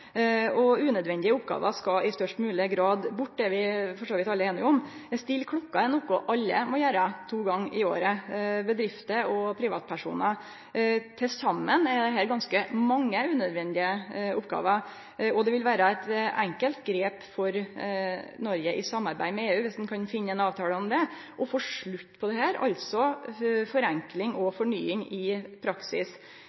Unødvendige oppgåver skal i størst mogleg grad bort – det er vi for så vidt alle einige om – men å stille klokka er noko alle må gjere to gonger i året, både bedrifter og privatpersonar. Til saman er dette ganske mange unødvendige oppgåver, og det vil vere eit enkelt grep for Noreg – i samarbeid med EU, viss ein kan finne ei avtale om det – å få slutt på dette, altså forenkling og